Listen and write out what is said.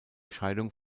scheidung